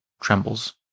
Trembles